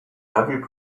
heavy